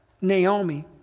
Naomi